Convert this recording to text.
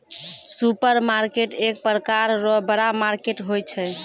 supermarket एक प्रकार रो बड़ा मार्केट होय छै